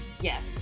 Yes